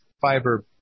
fiber